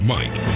Mike